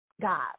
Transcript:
God